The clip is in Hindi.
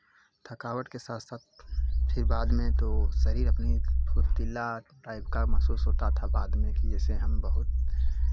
थकावट के साथ साथ फिर बाद में तो शरीर अपने क फुर्तीला टाइप का महसूस होता था बाद में कि जैसे हम बहुत